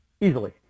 easily